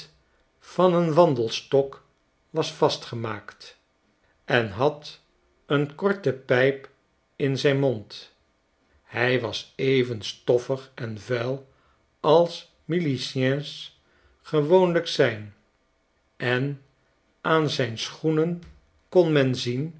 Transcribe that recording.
van een wandelstok was vastgemaakt en had een korte pijp in zijn mond hij was even stoffig en vuil als miliciens gewoonlijk zijn en aan zijn schoenen kon men zien